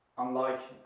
unlike